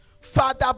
Father